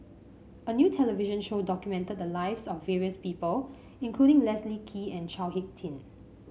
a new television show documented the lives of various people including Leslie Kee and Chao HicK Tin